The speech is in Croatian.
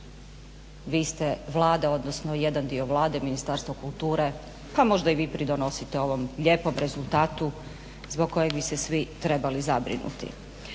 vi ste Vlada, odnosno jedan dio Vlade, Ministarstvo kulture, pa možda i vi pridonosite ovom lijepom rezultatu zbog kojeg bi se svi trebali zabrinuti.